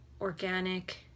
organic